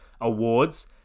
awards